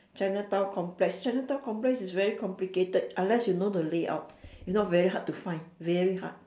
chinatown-complex chinatown-complex is very complicated unless you know the layout if not very hard to find very hard